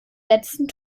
letzten